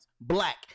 black